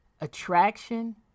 attraction